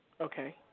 Okay